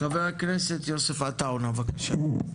חבר הכנסת יוסף עטאונה בבקשה.